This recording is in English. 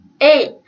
eight